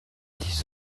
dix